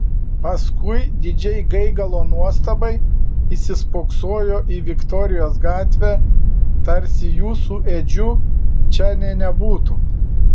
paskui didžiai gaigalo nuostabai įsispoksojo į viktorijos gatvę tarsi jų su edžiu čia nė nebūtų